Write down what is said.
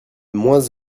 moins